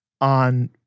on